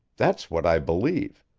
that's what i believe,